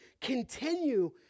continue